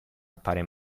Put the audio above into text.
appare